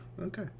Okay